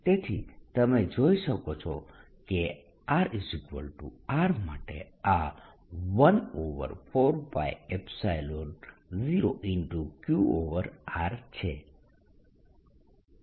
તેથી તમે જોઈ શકો છો કે rR માટે આ 14π0QR છે